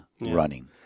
running